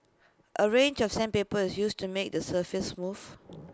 A range of sandpaper is used to make the surface smooth